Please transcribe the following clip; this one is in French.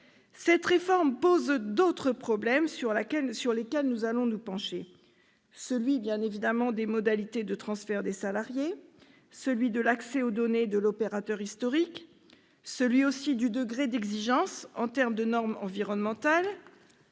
Cette réforme pose d'autres problèmes sur lesquels nous allons nous pencher : celui, bien évidemment, des modalités de transfert des salariés, celui de l'accès aux données de l'opérateur historique, celui du degré d'exigence en termes de normes environnementales,